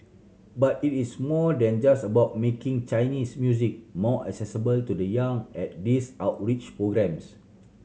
but it is more than just about making Chinese music more accessible to the young at these outreach programmes